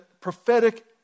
prophetic